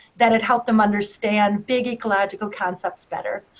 that it helped them understand big ecological concepts better.